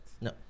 no